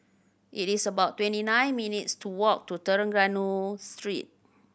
it is about twenty nine minutes' to walk to Trengganu Street